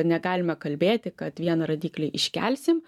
negalime kalbėti kad vieną rodiklį iškelsim